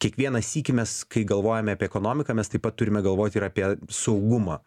kiekvieną sykį mes kai galvojame apie ekonomiką mes taip pat turime galvoti ir apie saugumą